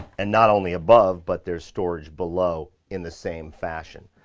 and not only above, but there's storage below, in the same fashion.